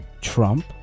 Trump